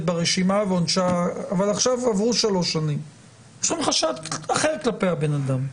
ברשימה אבל עכשיו עברו שלוש שנים ויש חשד אחר כלפי הבן אדם.